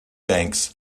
banks